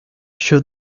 show